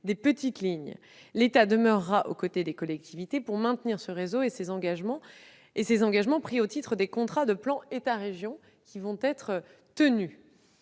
des « petites lignes ». L'État demeurera aux côtés des collectivités pour maintenir ce réseau. Quant aux engagements qu'il a pris au titre des contrats de plan État-région, ils seront tenus.